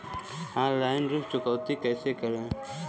Online ऋण चुकौती कैसे करें?